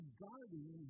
guarding